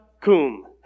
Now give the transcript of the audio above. cum